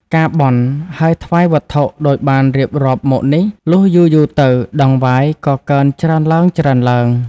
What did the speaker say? ការបន់ ហើយថ្វាយវត្ថុដូចបានរៀបរាប់មកនេះ លុះយូរៗទៅតង្វាយក៏កើនច្រើនឡើងៗ។